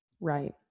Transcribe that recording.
Right